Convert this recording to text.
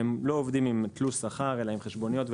שלא עובדים עם תלוש שכר אלא עם חשבוניות,